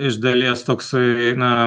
iš dalies toksai na